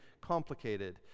complicated